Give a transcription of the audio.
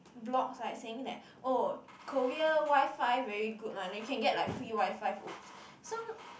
blogs right saying that oh Korea WiFi very good one like you can get free WiFi !whoops! so